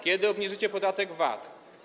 Kiedy obniżycie podatek VAT?